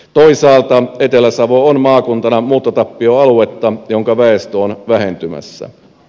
toisaalta etelä savo on maakuntana muuttotappioaluetta jonka väestö on vähentymässä